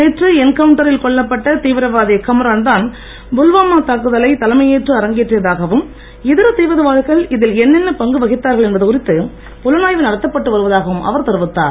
நேற்று என்கவுண்டரில் கொல்லப்பட்ட தீவிரவாதி கம்ரான்தான் புல்வாமா தாக்குதலை தலைமையேற்று அரங்கேற்றியதாகவும் இதர தீவிரவாதிகள் இதில் என்னென்ன பங்கு வகித்தார்கள் என்பது குறித்து புலனாய்வு நடத்தப்பட்டு வருவதாகவும் அவர் தெரிவித்தார்